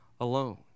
alone